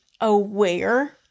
aware